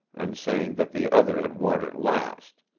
and saying that the other had worn it last.